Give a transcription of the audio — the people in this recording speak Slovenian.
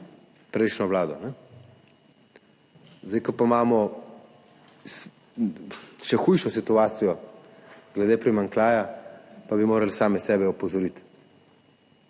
prejšnjo vlado. Zdaj ko imamo še hujšo situacijo glede primanjkljaja, bi pa morali sami sebe opozoriti,